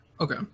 Okay